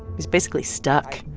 he's basically stuck.